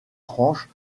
tranches